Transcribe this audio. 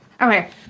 Okay